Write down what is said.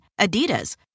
Adidas